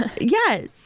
Yes